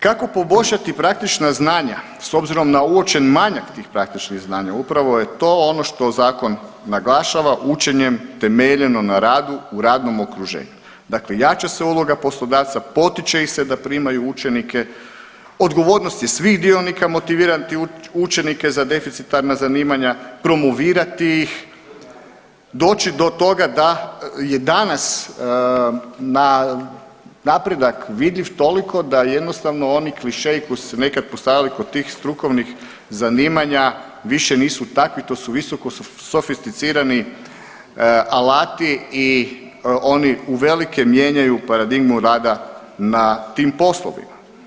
Kako poboljšati praktična znanja s obzirom na uočen manjak tih praktičnih znanja, upravo je to ono što zakon naglašava, učenjem temeljenom na radu u radnom okruženju, dakle jača se uloga poslodavca, potiče ih se da primaju učenike, odgovornost je svih dionika motivirati učenike za deficitarna zanimanja, promovirati ih, doći do toga da je danas napredak vidljiv toliko da jednostavno oni klišeji koji su se nekad postavili kod tih strukovnih zanimanja više nisu takvi, to su visoko sofisticirani alati i oni uvelike mijenjaju paradigmu rada na tim poslovima.